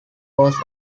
was